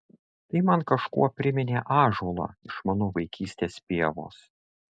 tai man kažkuo priminė ąžuolą iš mano vaikystės pievos